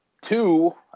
Two